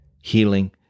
healing